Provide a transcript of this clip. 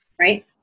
right